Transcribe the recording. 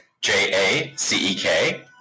j-a-c-e-k